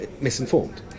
misinformed